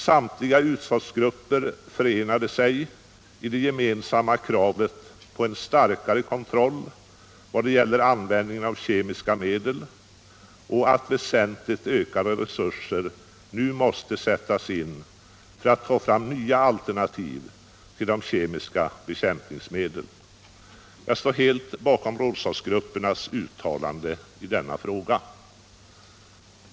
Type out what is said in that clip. Samtliga utskottsgrupper förenade sig i det gemensamma kravet på en starkare kontroll vad gäller användningen av kemiska medel och på att väsentligt ökade resurser nu måste sättas in för att ta fram nya alternativ till de kemiska besprutningsmedlen. Jag står helt bakom rådslagsgruppernas uttalanden i denna fråga.